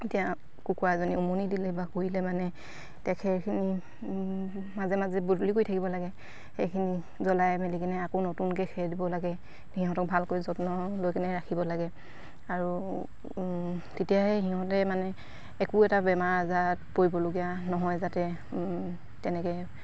এতিয়া কুকুৰা এজনী উমনি দিলে বা মানে এতিয়া খেৰখিনি মাজে মাজে বদলি কৰি থাকিব লাগে সেইখিনি জ্বলাই মেলি কিনে আকৌ নতুনকে খেৰ দিব লাগে সিহঁতক ভালকৈ যত্ন লৈ কিনে ৰাখিব লাগে আৰু তেতিয়াহে সিহঁতে মানে একো এটা বেমাৰ আজাৰত পৰিবলগীয়া নহয় যাতে তেনেকে